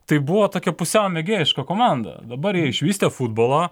tai buvo tokia pusiau mėgėjiška komanda dabar jie išvystė futbolą